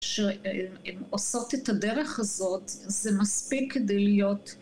כשעושות את הדרך הזאת, זה מספיק כדי להיות.